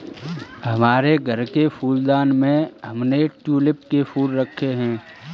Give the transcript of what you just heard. हमारे घर के फूलदान में हमने ट्यूलिप के फूल रखे हैं